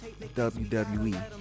WWE